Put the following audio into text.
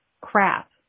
crap